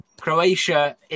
Croatia